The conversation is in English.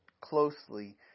closely